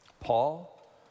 Paul